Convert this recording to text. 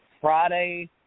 Friday